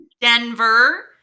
Denver